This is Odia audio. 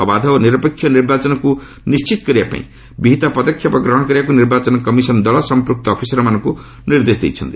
ଅବାଧ ଓ ନିରପେକ୍ଷ ନିର୍ବାଚନକୁ ନିଶ୍ଚିତ କରିବା ପାଇଁ ବିହିତ ପଦକ୍ଷେପ ଗ୍ରହଣ କରିବାକୁ ନିର୍ବାଚନ କମିଶନ ଦଳ ସମ୍ପୃକ୍ତ ଅଫିସରମାନଙ୍କୁ ନିର୍ଦ୍ଦେଶ ଦେଇଛନ୍ତି